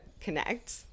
connect